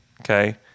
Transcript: Okay